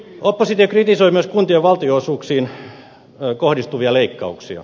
oppositio kritisoi myös kuntien valtionosuuksiin kohdistuvia leikkauksia